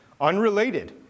unrelated